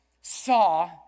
saw